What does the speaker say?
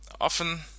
Often